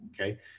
Okay